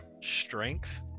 strength